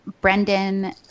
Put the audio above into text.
Brendan